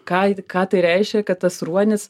ką ir ką tai reiškia kad tas ruonis